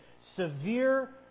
severe